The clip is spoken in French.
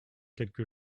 quelque